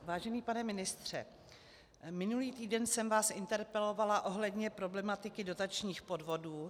Vážený pane ministře, minulý týden jsem vás interpelovala ohledně problematiky dotačních podvodů.